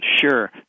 Sure